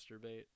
masturbate